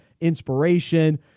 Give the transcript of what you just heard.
inspiration